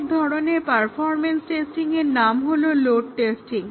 অপর এক ধরনের পারফরম্যান্স টেস্টিংয়ের নাম হলো লোড টেস্টিং